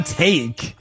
take